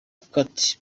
kati